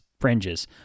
fringes